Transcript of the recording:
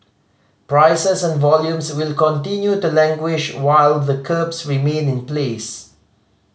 prices and volumes will continue to languish while the curbs remain in place